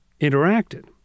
interacted